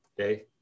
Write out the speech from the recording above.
okay